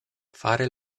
fare